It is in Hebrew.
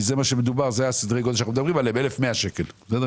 האם לשכור